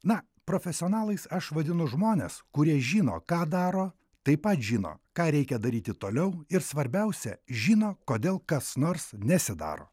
na profesionalais aš vadinu žmones kurie žino ką daro taip pat žino ką reikia daryti toliau ir svarbiausia žino kodėl kas nors nesidaro